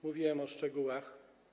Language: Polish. Mówiłem o szczegółach.